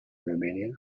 romania